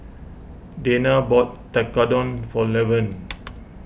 Dayna bought Tekkadon for Levern